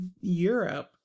Europe